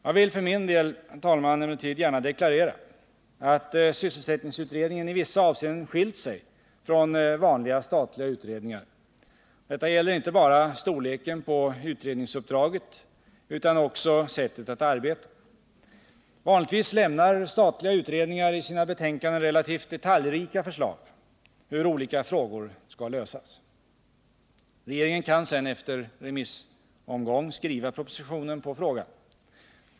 Jag vill för min del, herr talman, emellertid gärna deklarera att sysselsättningsutredningen i vissa avseenden skilt sig från vanliga statliga utredningar. Detta gäller inte bara storleken på utredningsuppdraget utan också sättet att arbeta. Vanligtvis lämnar statliga utredningar i sina betänkanden relativt detaljrika förslag till hur olika frågor skall lösas. Regeringen kan sedan efter remissomgång skriva proposition på frågan.